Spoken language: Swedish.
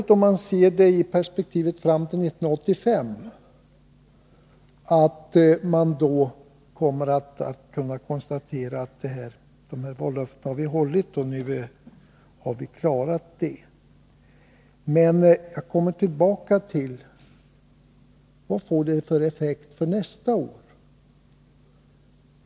Ja, om man ser det hela i perspektivet fram till 1985, är det möjligt att man kan konstatera att vallöftena har hållits. Men jag kommer tillbaka till frågan: Vad blir det för effekt nästa år?